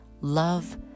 love